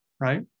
right